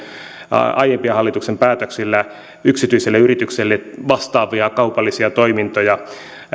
aiempien hallituksien päätöksillä yksityisille yrityksille vastaavia kaupallisia toimintoja